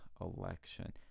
election